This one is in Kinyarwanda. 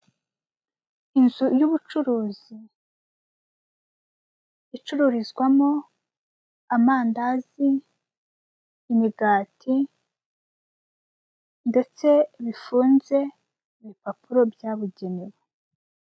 Inzu y'ubucuruzi icururizwamo amandazi, imigati ndetse bifunze mubipapuro byabugenewe.